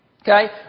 Okay